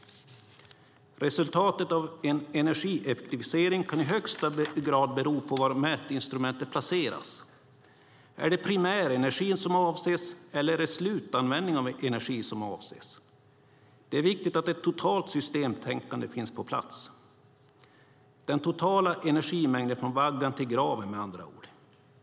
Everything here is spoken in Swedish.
Resultatet av en energieffektivisering kan i högsta grad bero på var mätinstrumentet placeras. Är det primärenergin som avses eller är det slutanvändning av energi som avses? Det är viktigt att ett totalt systemtänkande finns på plats, den totala energimängden från vaggan till graven, med andra ord.